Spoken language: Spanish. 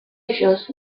ellos